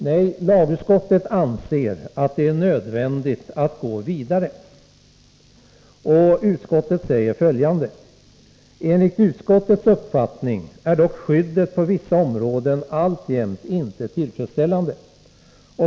Nej, lagutskottet anser att det är nödvändigt att gå vidare. Utskottet säger följande: ”Enligt utskottets uppfattning är dock skyddet på vissa områden alltjämt inte tillfredsställande.